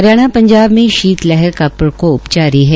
हरियाणा पंजाब में शीत लहर का प्रकोप जारी है